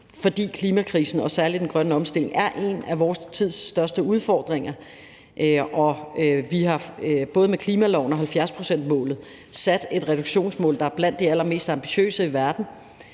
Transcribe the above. fordi klimakrisen og særlig den grønne omstilling er en af vor tids største udfordringer. Og vi har både med klimaloven og 70-procentsmålet sat et reduktionsmål, der er blandt de allermest ambitiøse i verden.